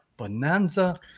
Bonanza